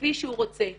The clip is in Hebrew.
כפי שהוא רוצה.